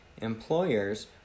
Employers